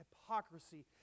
hypocrisy